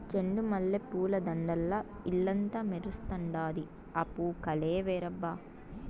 చెండు మల్లె పూల దండల్ల ఇల్లంతా మెరుస్తండాది, ఆ పూవు కలే వేరబ్బా